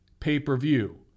pay-per-view